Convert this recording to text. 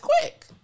quick